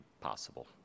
possible